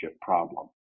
problem